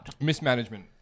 Mismanagement